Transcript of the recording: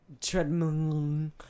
Treadmill